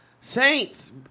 Saints